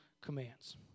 commands